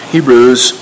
Hebrews